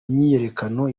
myiyerekano